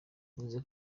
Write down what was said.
bivuze